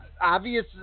Obvious